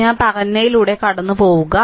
ഞാൻ പറഞ്ഞതിലൂടെ കടന്നുപോകുക